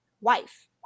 wife